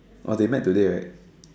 oh they met today right